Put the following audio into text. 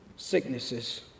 Sicknesses